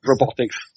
robotics